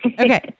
Okay